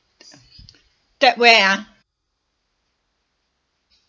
tap where ah